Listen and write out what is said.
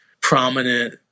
prominent